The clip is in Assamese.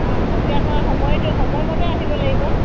অঁ হাজিৰা কৰা সময়টো সময়মতে আহিব লাগিব